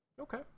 Okay